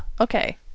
Okay